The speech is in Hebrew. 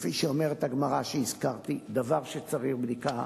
כפי שאומרת הגמרא שהזכרתי: דבר שצריך בדיקה.